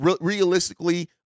realistically